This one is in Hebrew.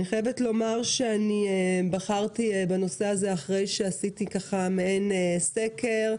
אני חייבת לומר שבחרתי בנושא הזה אחרי שעשיתי מעין סקר,